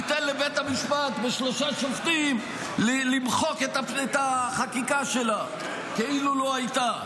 ניתן לבית המשפט בשלושה שופטים למחוק את החקיקה שלה כאילו לא הייתה.